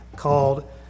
called